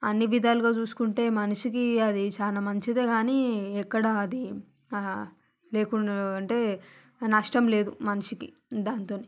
అన్ని విధాలుగా చూసుకుంటే మనిషికి అది చాలా మంచిది కానీ ఎక్కడ అది లేకుండా అంటే నష్టం లేదు మనిషికి దానితోని